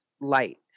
light